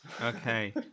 Okay